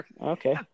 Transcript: Okay